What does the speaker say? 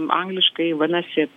angliškai vadinasi